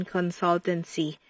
Consultancy